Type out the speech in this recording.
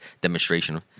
demonstration